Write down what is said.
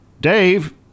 Dave